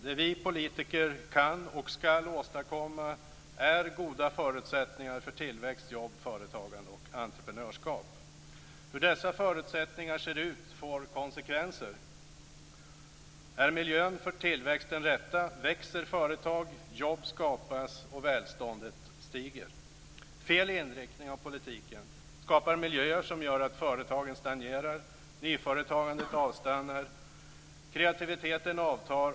Det som vi politiker kan och skall åstadkomma är goda förutsättningar för tillväxt, jobb, företagande och entreprenörskap. Hur dessa förutsättningar ser ut får konsekvenser. Är miljön för tillväxt den rätta växer företag, jobb skapas och välståndet stiger. Fel inriktning av politiken skapar miljöer som gör att företagen stagnerar, nyföretagandet avstannar och kreativiteten avtar.